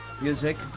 music